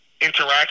interact